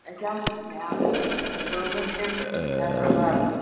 اسہِ حٲز مےٚ حٲز اوس پانٛژَن شٮ۪ن پھٮ۪رنَن لاگُن